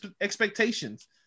expectations